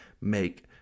make